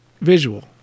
visual